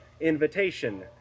invitation